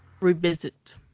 Revisit